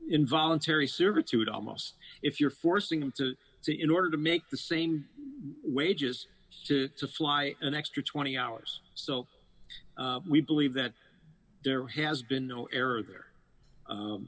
involuntary servitude almost if you're forcing them to say in order to make the same wages to fly an extra twenty hours so we believe that there has been no error there